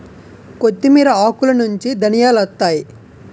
కొత్తిమీర ఆకులనుంచి ధనియాలొత్తాయి